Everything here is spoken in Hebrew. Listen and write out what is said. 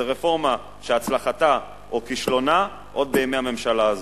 זו רפורמה שהצלחתה או כישלונה עוד בימי הממשלה הזו.